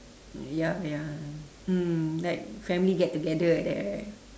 ya ya mm like family get together like that right